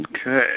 Okay